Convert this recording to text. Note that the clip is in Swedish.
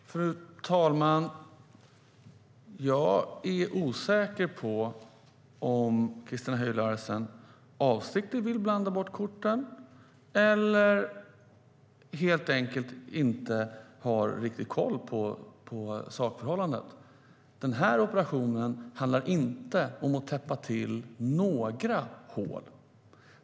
Fru talman! Jag är osäker på om Christina Höj Larsen avsiktligt vill blanda bort korten eller helt enkelt inte har riktig koll på sakförhållandet. Den här operationen handlar inte om att täppa till några hål.